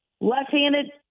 Left-handed